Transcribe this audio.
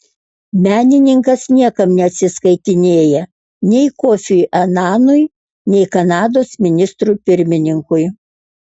menininkas niekam neatsiskaitinėja nei kofiui ananui nei kanados ministrui pirmininkui